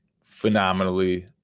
phenomenally